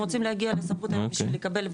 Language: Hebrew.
רוצים להגיע לסמכות בשביל לקבל,